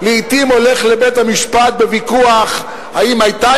לעתים הולך לבית-המשפט בוויכוח האם היתה